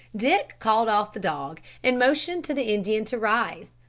dick called off the dog, and motioned to the indian to rise,